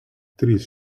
trys